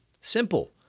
Simple